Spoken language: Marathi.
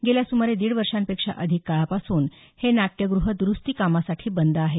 गेल्या सुमारे दीड वर्षांपेक्षा अधिक काळापासून हे नाट्यग्रह दुरुस्तीकामासाठी बंद आहे